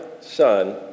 Son